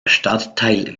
stadtteil